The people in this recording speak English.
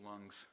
lungs